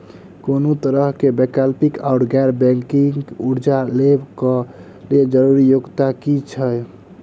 कोनो तरह कऽ वैकल्पिक वा गैर बैंकिंग कर्जा लेबऽ कऽ लेल जरूरी योग्यता की छई?